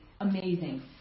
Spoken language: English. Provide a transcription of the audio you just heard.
amazing